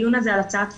הדיון הזה על הצעת חוק?